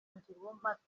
ngirumpatse